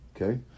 Okay